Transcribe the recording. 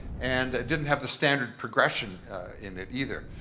and it didn't have the standard progression in it either.